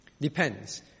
Depends